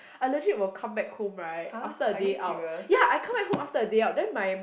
I legit will come back home right after a day out ya I come back home after a day out then my